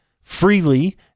freely